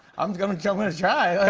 i'm gonna and ah gonna try.